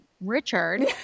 Richard